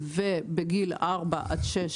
ובין גיל ארבע עד שש,